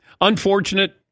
Unfortunate